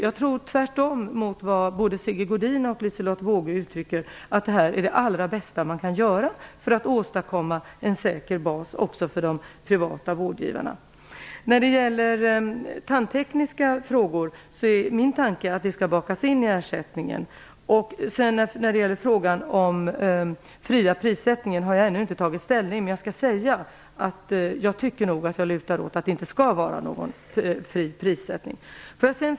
Jag tror precis tvärtom, Sigge Godin och Liselotte Wågö, att det här är det allra bästa man kan göra för att åstadkomma en säker bas också för de privata vårdgivarna. När det gäller tandtekniska frågor är min tanke att detta skall bakas in i ersättningen. I frågan om den fria prissättningen har jag ännu inte tagit ställning. Men jag kan säga att jag nog lutar åt att det inte skall vara fri prissättning.